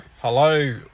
Hello